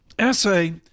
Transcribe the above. essay